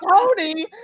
tony